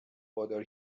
وادار